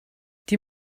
die